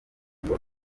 ngo